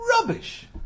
rubbish